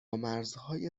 مرزهای